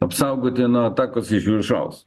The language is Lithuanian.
apsaugoti nuo atakos iš viršaus